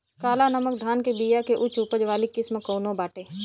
काला नमक धान के बिया के उच्च उपज वाली किस्म कौनो बाटे?